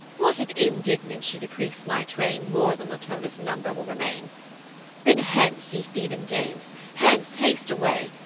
what if indignant she decrease my train more than latona's number will remain then hence, ye theban dames, hence haste away,